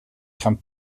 gaan